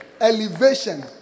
Elevation